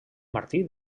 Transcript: martí